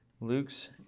Luke's